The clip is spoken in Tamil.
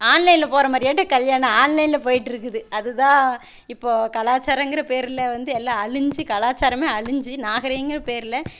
ஆன்லைனில் போகிற மாதிரியாட்டு கல்யாணம் ஆன்லைனில் போய்கிட்ருக்குது அதுதான் இப்போது கலாச்சாரங்கிற பேரில் வந்து எல்லாம் அழிஞ்சு கலாச்சாரம் அழிஞ்சு நாகரீகங்ற பேரில்